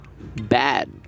bad